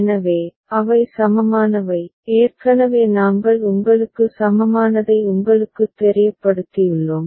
எனவே அவை சமமானவை ஏற்கனவே நாங்கள் உங்களுக்கு சமமானதை உங்களுக்குத் தெரியப்படுத்தியுள்ளோம்